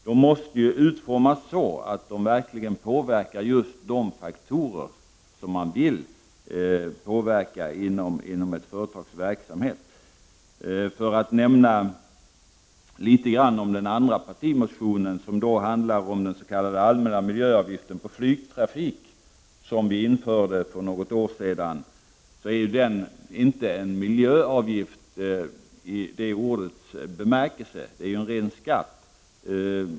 De måste utformas så att de verkligen påverkar de faktorer som man vill påverka inom ett företags verksamhet. Den andra partimotionen handlar om den allmänna miljöavgiften på flygtrafik som infördes för något år sedan. Det är inte fråga om en miljöavgift i ordets egentliga bemärkelse, utan det är en ren skatt.